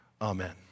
Amen